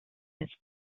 his